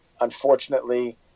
Unfortunately